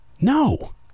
No